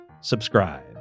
subscribe